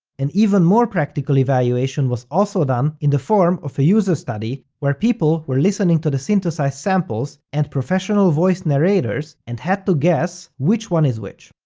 an even more practical evaluation was also done in the form of a user study where people were listening to the synthesized samples and professional voice narrators, and had to guess which one is which.